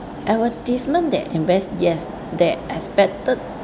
advertisement that invest yes they expected